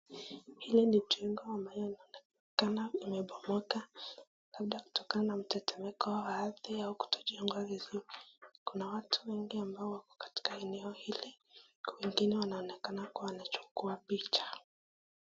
Hili ni jengo ambayo inaonekana imebomoka, labda kutoka na mtetemeko wa ardhi au kutojengwa vizuri. Kuna watu wengi ambao wako katika eneo hili wengine wanaonekana kuwa wanachukua picha.